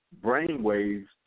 brainwaves